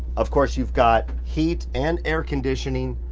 of course, you've got heat and air-conditioning,